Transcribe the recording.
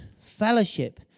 Fellowship